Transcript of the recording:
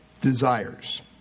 desires